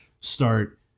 start